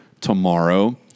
tomorrow